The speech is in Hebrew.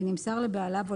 ונמסר לבעליו או